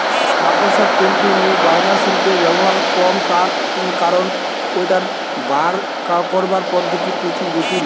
মাকড়সার তন্তু নু বারানা সিল্কের ব্যবহার কম তার কারণ ঐটার বার করানার পদ্ধতি প্রচুর জটিল